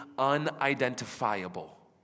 unidentifiable